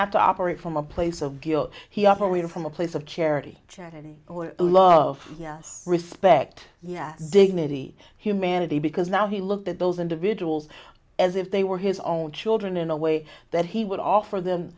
have to operate from a place of guilt he operated from a place of charity charity or love respect dignity humanity because now he looked at those individuals as if they were his own children in a way that he would offer them